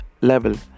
level